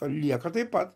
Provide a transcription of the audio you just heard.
lieka taip pat